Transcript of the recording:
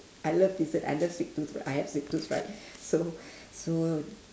I love dessert I love sweet tooth I have sweet tooth right so so